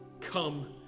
come